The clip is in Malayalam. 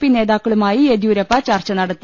പി നേതാക്കളുമായി യെദ്യൂരപ്പ ചർച്ചനടത്തി